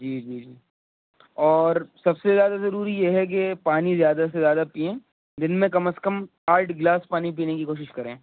جی جی جی اور سب سے زیادہ ضروری یہ ہے کہ پانی زیادہ سے زیادہ پئیں دن میں کم از کم آٹھ گلاس پانی پینے کی کوشش کریں